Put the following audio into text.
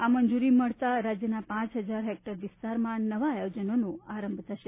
આ મંજૂરી મળતા રાજ્યના પાંચ હજાર હેક્ટર વિસ્તારમાં નવા આયોજનોનો આરંભ થશે